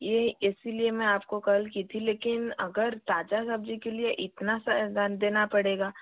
ये इसी लिए मैं आपको कॉल की थी लेकिन अगर ताज़ा सब्ज़ी के लिए इतना सब धन देना पड़ेगा